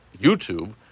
YouTube